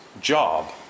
job